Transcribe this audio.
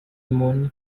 moon